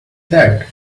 that